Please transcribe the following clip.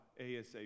ASAP